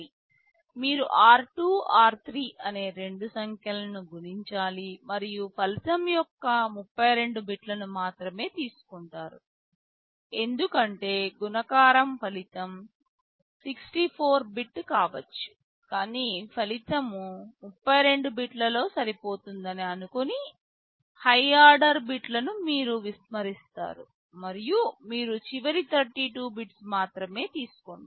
మీరు r2 r3 అనే రెండు సంఖ్యలను గుణించాలి మరియు ఫలితం యొక్క 32 బిట్లను మాత్రమే తీసుకుంటారు ఎందుకంటే గుణకారం ఫలితం 64 బిట్ కావచ్చు కానీ ఫలితం 32 బిట్లలో సరిపోతుందని అనుకొని హై ఆర్డర్ బిట్లను మీరు విస్మరిస్తారు మరియు మీరు చివరి 32 బిట్స్ మాత్రమే తీసుకుంటారు